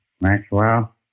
Maxwell